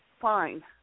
fine